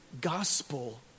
gospel